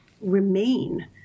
remain